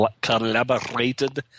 collaborated